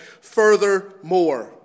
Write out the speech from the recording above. furthermore